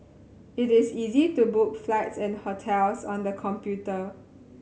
it is easy to book flights and hotels on the computer